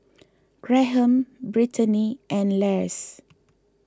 Graham Brittaney and Lars